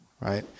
right